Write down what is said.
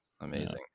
amazing